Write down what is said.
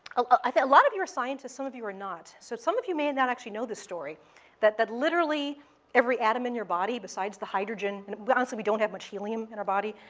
ah i think a lot of you are scientists. some of you are not. so some of you may and not actually know this story that that literally every atom in your body, besides the hydrogen and but honestly, we don't have much helium in our body,